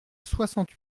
soixante